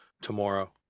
tomorrow